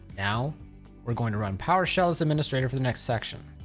now we're going to run powershell as administrator for the next section.